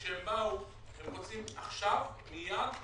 כשהם באו, הם רוצים עכשיו, מייד.